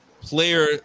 player